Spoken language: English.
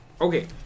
okay